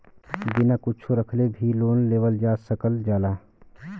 बिना कुच्छो रखले भी लोन लेवल जा सकल जाला